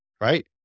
right